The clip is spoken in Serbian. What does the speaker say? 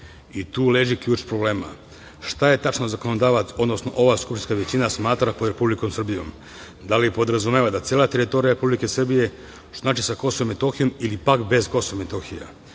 i tu leži ključ problema. Šta tačno zakonodavac, odnosno ova skupštinska većina smatra pod Republikom Srbijom? Da li podrazumeva celu teritoriju Republike Srbije, što znači sa Kosovom i Metohijom, ili pak bez Kosova i Metohije? Ja